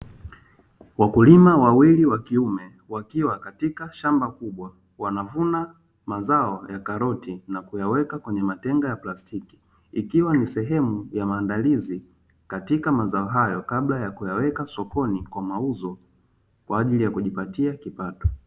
Wakulima wawili wa kiume wakiwa katika shamba kubwa wanavuna mazao ya karoti na kuyaweka kwenye matenga ya plastiki, ikiwa ni sehemu ya maandalizi katika mazao hayo kabla ya kuyaweka sokoni kwa mauzo kwa ajili ya kujipatia kipato.